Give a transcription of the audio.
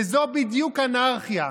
וזו בדיוק אנרכיה.